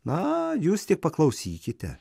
na jūs tik paklausykite